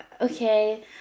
okay